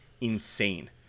insane